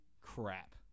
crap